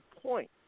point